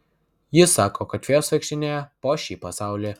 jis sako kad fėjos vaikštinėja po šį pasaulį